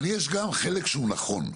אבל, יש גם חלק שהוא נכון.